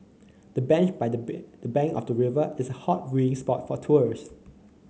the bench by the bank the bank of the river is a hot viewing spot for tourist